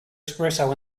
espresso